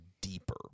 deeper